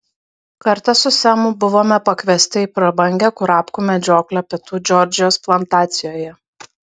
kartą su semu buvome pakviesti į prabangią kurapkų medžioklę pietų džordžijos plantacijoje